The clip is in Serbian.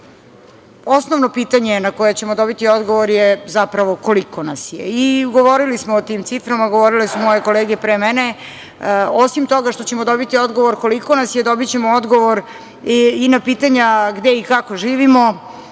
virusom. Osnovno pitanje na koje ćemo dobiti odgovor je, zapravo koliko nas je? Govorili smo o tim ciframa, govorile su moje kolege pre mene. Osim toga što ćemo dobiti odgovor koliko nas je, dobićemo odgovor i na pitanja gde i kako živimo,